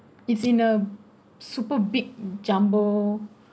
it's in a super big jumbo